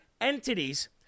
entities